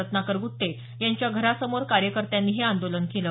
रत्नाकर गुट्टे यांच्या घरासमोर कार्यकर्त्यांनी हे आंदोलन केलं